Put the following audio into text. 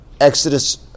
Exodus